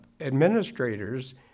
administrators